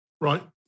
Right